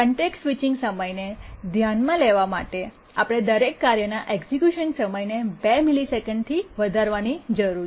context switching સમયને ધ્યાનમાં લેવા માટે આપણે દરેક કાર્યના એક્ઝેક્યુશન સમયને 2 મિલિસેકન્ડથી વધારવાની જરૂર છે